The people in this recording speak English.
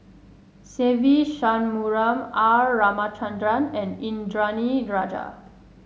Se Ve Shanmugam R Ramachandran and Indranee Rajah